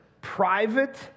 private